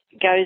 goes